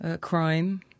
crime